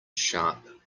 sharp